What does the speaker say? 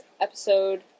episode